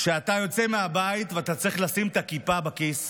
שאתם יוצאים מהבית ואתם צריכים לשים את הכיפה בכיס